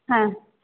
হ্যাঁ